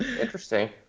Interesting